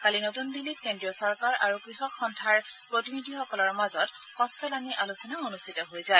কালি নতুন দিল্লীত কেন্দ্ৰীয় চৰকাৰ আৰু কৃষক সন্থাৰ প্ৰতিনিধিসকলৰ মাজত ষষ্ঠলানী আলোচনা অনুষ্ঠিত হৈ যায়